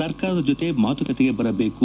ಸರ್ಕಾರದ ಜೊತೆ ಮಾತುಕತೆಗೆ ಬರಬೇಕು